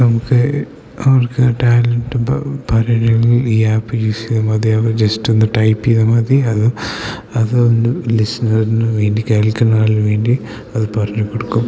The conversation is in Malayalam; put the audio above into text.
നമുക്ക് അവർക്ക് ടാലൻ്റ് ഇപ്പോൾ പറയാണെങ്കിൽ ഈ ആപ്പ് യൂസ് ചെയ്താൽ മതിയാവും ജസ്റ്റ് ഒന്ന് ടൈപ്പ് ചെയ്താൽ മതി അത് അത് ഒന്ന് ലിസ്ണർന് വേണ്ടി കേൾക്കുന്ന അളിന് വേണ്ടി അത് പറഞ്ഞ് കൊടുക്കും